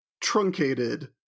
truncated